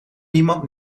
niemand